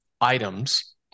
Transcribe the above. items